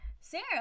Sarah